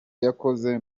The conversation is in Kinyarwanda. yakoze